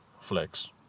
flex